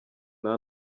nta